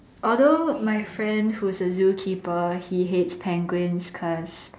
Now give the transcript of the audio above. although my friend who is a zookeeper he hates penguins cause